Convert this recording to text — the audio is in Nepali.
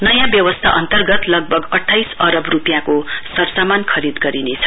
नयाँ व्यवस्था अन्तर्गत लगभग अठाइस अरब रुपियाँको सरसामान खीद गरिनेछ